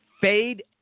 Fade